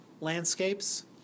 landscapes